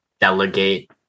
delegate